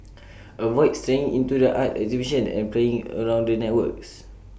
avoid straying into the art exhibitions and playing around the artworks